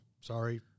sorry